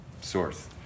source